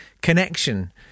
connection